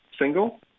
single